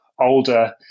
older